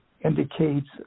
indicates